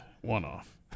one-off